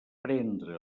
prendre